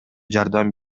жардам